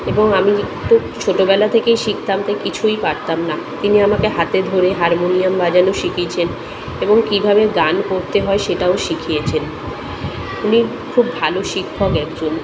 এবং আমি তো ছোটোবেলা থেকেই শিখতাম তাই কিছুই পারতাম না তিনি আমাকে হাতে ধরে হারমোনিয়াম বাজানো শিখিয়েছেন এবং কীভাবে গান করতে হয় সেটাও শিখিয়েছেন তিনি খুব ভালো শিক্ষক একজন